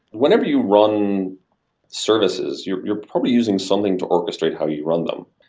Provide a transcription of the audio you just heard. whenever you run services, you're you're probably using something to orchestrate how you run them.